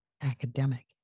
academic